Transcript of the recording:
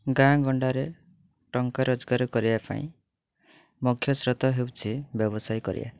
ଗାଁ ଗଣ୍ଡାରେ ଟଙ୍କା ରୋଜଗାର କରିବା ପାଇଁ ମୁଖ୍ୟ ସ୍ରୋତ ହେଉଛି ବ୍ୟବସାୟ କରିବା